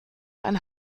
einen